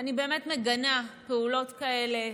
אני באמת מגנה פעולות כאלה,